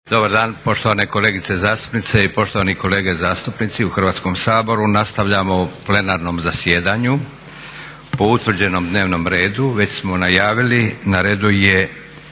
Dobar dan poštovane kolegice zastupnice i poštovani kolege zastupnici u Hrvatskom saboru! Nastavljamo u plenarnom zasjedanju po utvrđenom dnevnom redu. Već smo najavili, na redu je